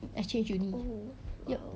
exchange uni yup